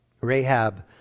Rahab